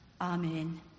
Amen